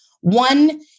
One